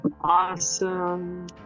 awesome